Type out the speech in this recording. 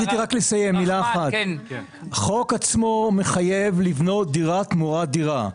החוק עצמו מחייב לבנות דירה תמורת דירה,